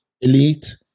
elite